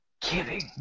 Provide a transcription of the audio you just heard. Kidding